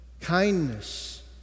kindness